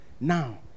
Now